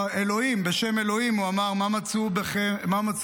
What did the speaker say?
בשם אלוהים הוא אמר: "מה מצאו אבותיכם